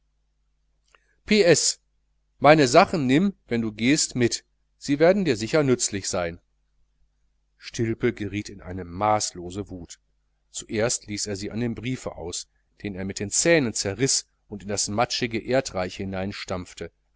s meine sachen nimm wenn du gehst mit sie werden dir nützlich sein stilpe geriet in eine maßlose wut zuerst ließ er sie an dem briefe aus den er mit den zähnen zerriß und in das matschige erdreich